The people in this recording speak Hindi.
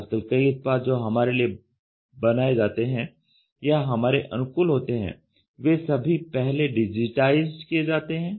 आजकल कई उत्पाद जो हमारे लिए बनाए जाते हैं या हमारे अनुकूल होते हैं वे सभी पहले डिजिटाइज्ड किए जाते हैं